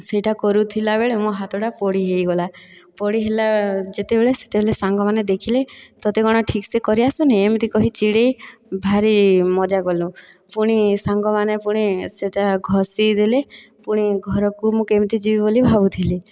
ସେଇଟା କରୁଥିଲାବେଳେ ମୋ' ହାତଟା ପୋଡ଼ି ହୋଇଗଲା ପୋଡ଼ି ହେଲା ଯେତେବେଳେ ସେତେବେଳେ ସାଙ୍ଗମାନେ ଦେଖିଲେ ତତେ କ'ଣ ଠିକସେ କରି ଆସୁନି ଏମିତି କହି ଚିଡ଼େଇ ଭାରି ମଜା କଲୁ ପୁଣି ସାଙ୍ଗମାନେ ପୁଣି ସେଇଟା ଘଷି ଦେଲେ ପୁଣି ଘରକୁ ମୁଁ କେମିତି ଯିବି ବୋଲି ଭାବୁଥିଲି